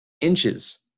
inches